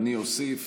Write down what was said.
אני מוסיף